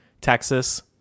Texas